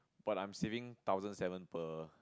but I'm saving thousand seven per